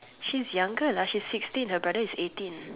she's younger lah she's sixteen her brother is eighteen